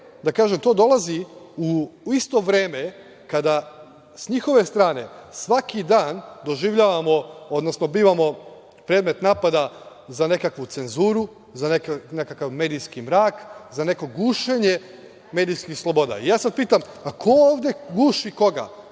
ekipom i to dolazi u isto vreme kada s njihove strane svaki dan bivamo predmet napada za nekakvu cenzuru, za nekakav medijski mrak, za neko gušenje medijskih sloboda.I ja sada pitam – ko ovde guši koga?